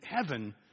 heaven